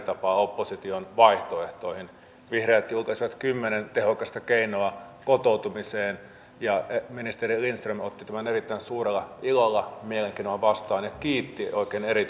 viime hallituksen aikana pyrittäessä valtiontalouden tasapainottamiseen valui osa kaivatuista säästöistä valitettavasti kuntien harteille eikä myöskään kuntien tehtäviä pystytty karsimaan päinvastaisista tavoitteista huolimatta